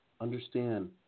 understand